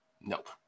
Nope